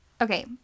okay